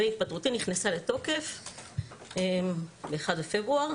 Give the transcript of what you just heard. והתפטרותי נכנסה לתוקף ב-1 בפברואר,